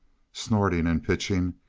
snorting and pitching,